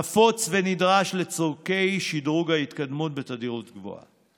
נפוץ, ונדרש לצורכי שדרוג ההתקדמות בתדירות גבוהה.